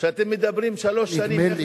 שאתם מדברים שלוש שנים,